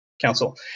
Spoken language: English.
Council